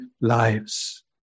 lives